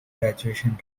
graduation